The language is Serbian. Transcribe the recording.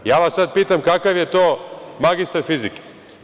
Ja vas sad pitam, kakav je to magistar fizike?